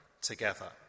together